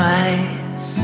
eyes